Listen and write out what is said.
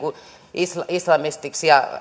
islamisti